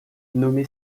nommé